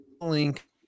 link